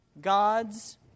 gods